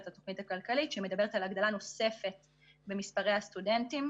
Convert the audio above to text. התוכנית הכלכלית שמדברת על הגדלה נוספת במספרי הסטודנטים.